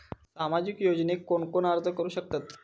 सामाजिक योजनेक कोण कोण अर्ज करू शकतत?